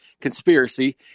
conspiracy